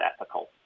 ethical